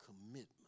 commitment